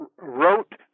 wrote